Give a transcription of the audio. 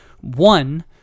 one